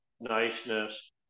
niceness